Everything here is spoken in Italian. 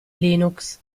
linux